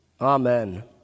Amen